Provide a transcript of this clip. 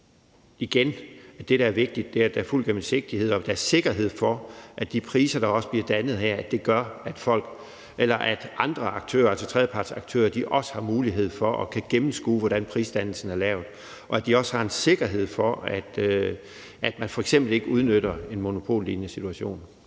igen – at det, der er vigtigt, er, at der er fuld gennemsigtighed, og at der er sikkerhed for, at de priser, der bliver dannet her, gør, at andre aktører, altså tredjepartsaktører, også har mulighed for at gennemskue, hvordan prisdannelsen er sket, og at de også har en sikkerhed for, at man f.eks. ikke udnytter en monopollignende situation.